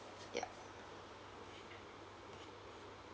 yup